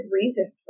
reason